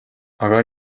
aga